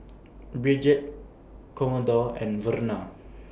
Bridget Commodore and Verna